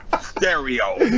stereo